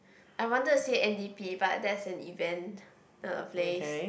I wanted to say N_D_P but that's an event not a place